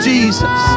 Jesus